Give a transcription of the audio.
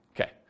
Okay